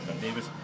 Davis